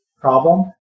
problem